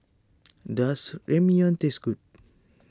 does Ramyeon taste good